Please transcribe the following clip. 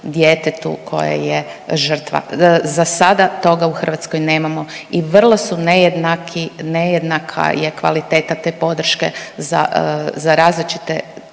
koje je žrtva. Za sada toga u Hrvatskoj nemamo i vrlo su nejednaki, nejednaka je kvaliteta te podrške za, za različite